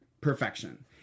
perfection